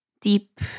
deep